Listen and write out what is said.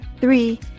Three